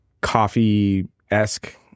coffee-esque